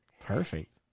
perfect